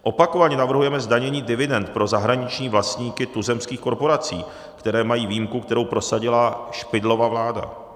Opakovaně navrhujeme zdanění dividend pro zahraniční vlastníky tuzemských korporací, které mají výjimku, kterou prosadila Špidlova vláda.